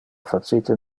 facite